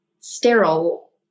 sterile